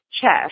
chest